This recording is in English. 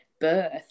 birth